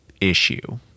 issue